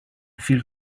feel